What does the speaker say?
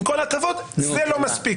עם כל הכבוד זה לא מספיק.